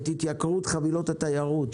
את התייקרות חבילות התיירות,